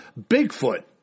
Bigfoot